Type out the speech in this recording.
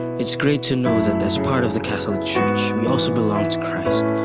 it's great to know that as part of the catholic church we also belong to christ.